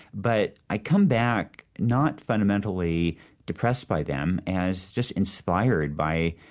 but i come back not fundamentally depressed by them as just inspired by